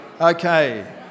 Okay